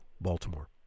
Baltimore